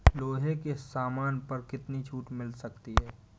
लोहे के सामान पर कितनी छूट मिल सकती है